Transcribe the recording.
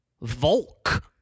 Volk